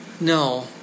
No